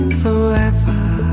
forever